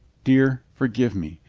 dear, forgive me.